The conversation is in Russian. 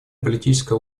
политическое